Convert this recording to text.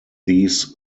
these